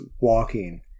walking